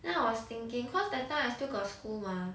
then I was thinking cause that time I still got school mah